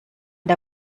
der